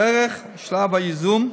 דרך שלב הייזום,